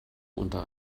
unter